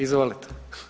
Izvolite.